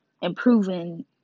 Improving